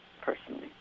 personally